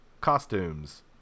costumes